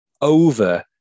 over